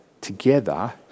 together